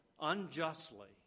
unjustly